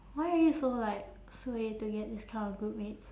why are you so like suay to get this kind of groupmates